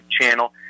channel